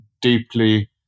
deeply